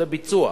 זה ביצוע.